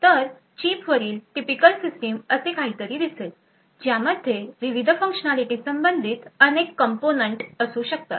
तर चिपवरील typical system असे काहीतरी दिसेल ज्यामध्ये विविध फंक्शनालिटी संबंधित अनेक कंपोनेंट असू शकतात